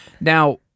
Now